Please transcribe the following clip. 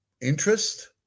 interest